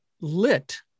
lit